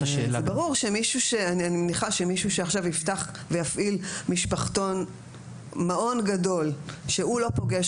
אני מניחה שמישהו שעכשיו יפתח ויפעיל מעון גדול שהוא לא פוגש